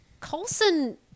Coulson